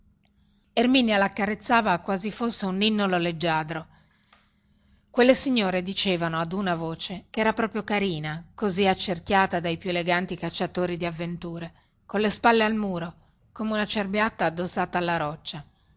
erminia laccarezzava quasi fosse un ninnolo leggiadro quelle signore dicevano ad una voce che era proprio carina così accerchiata dai più eleganti cacciatori di avventure colle spalle al muro come una cerbiatta addossata alla roccia